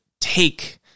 take